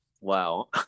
wow